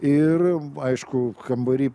ir aišku kambary